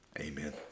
amen